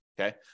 Okay